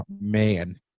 Man